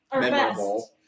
memorable